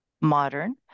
modern